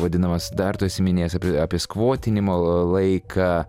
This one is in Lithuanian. vadinamas dar tu esi minėjęs apie apie skvotinimo laiką